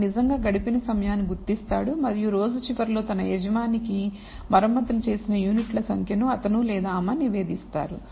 అతను నిజంగా గడిపిన సమయాన్ని గుర్తిస్తాడు మరియు రోజు చివరిలో తన యజమానికి మరమ్మతులు చేసిన యూనిట్ల సంఖ్య ను అతను లేదా ఆమె నివేదిస్తారు